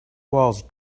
walls